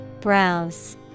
Browse